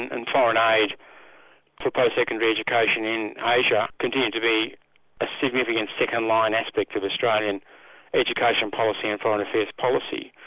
and foreign aid for post secondary education in asia continued to be a significant second line aspect of australian education policy and foreign affairs policy.